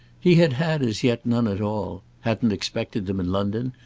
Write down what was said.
he had had as yet none at all hadn't expected them in london,